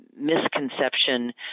misconception